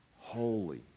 holy